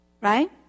right